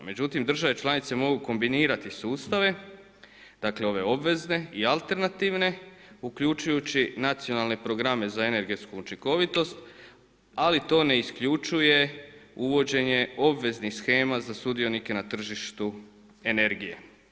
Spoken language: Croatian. Međutim, države članice mogu kombinirati sustave, dakle ove obvezne i alternativne uključujući nacionalne programe za energetsku učinkovitost ali to ne isključuje uvođenje obveznih shema za sudionike na tržištu energije.